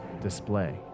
display